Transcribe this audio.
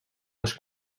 les